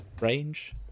range